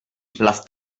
les